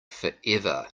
forever